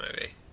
movie